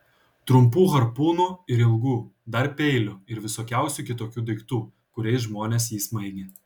trumpų harpūnų ir ilgų dar peilių ir visokiausių kitokių daiktų kuriais žmonės jį smaigė